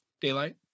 daylight